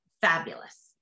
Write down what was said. Fabulous